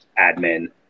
admin